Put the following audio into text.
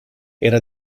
era